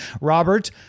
Robert